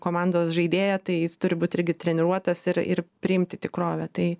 komandos žaidėją tai jis turi būt irgi treniruotas ir ir priimti tikrovę tai